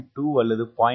2 அல்லது 0